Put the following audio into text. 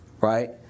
right